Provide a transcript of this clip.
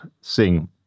sing